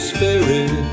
Spirit